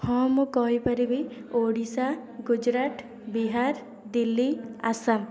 ହଁ ମୁଁ କହିପାରିବି ଓଡ଼ିଶା ଗୁଜୁରାଟ ବିହାର ଦିଲ୍ଲୀ ଆସାମ